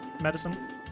medicine